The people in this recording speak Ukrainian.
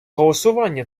голосування